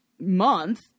month